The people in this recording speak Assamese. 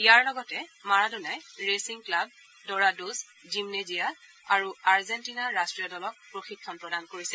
ইয়াৰ লগতে মাৰাডোনাই ৰেচিং ক্লাৱ ডৰাডোজ জিমনেজিয়া আৰু আৰ্জেণ্টিনা ৰাষ্ট্ৰীয় দলক প্ৰশিক্ষণ প্ৰদান কৰিছিল